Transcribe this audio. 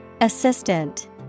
Assistant